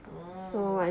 mm